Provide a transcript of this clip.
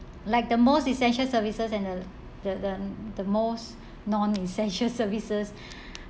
like the most essential services and the the the the most non-essential services